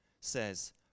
says